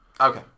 okay